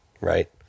right